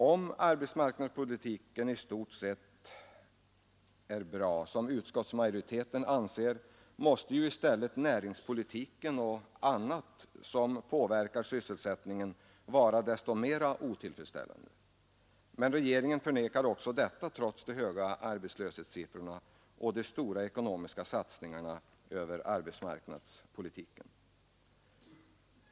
Om arbetsmarknadspolitiken i stort sett är bra, som utskottsmajoriteten anser, måste ju i stället näringspolitiken och annat som påverkar sysselsättningen vara desto mer otillfredsställande. Men regeringen förnekar också detta, trots de höga arbetslöshetssiffrorna och de stora ekonomiska satsningarna över arbetsmarknadspolitiken.